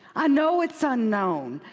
i know it's unknown.